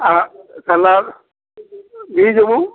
ఆ సలా మ్యూజియం